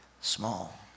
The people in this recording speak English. small